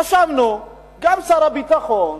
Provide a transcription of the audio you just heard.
חשבנו, גם שר הביטחון,